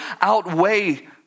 outweigh